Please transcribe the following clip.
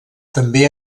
també